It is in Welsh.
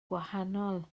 gwahanol